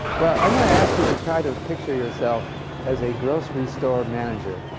well, i'm going to ask you to try to picture yourself as a grocery store manager.